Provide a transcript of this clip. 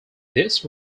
this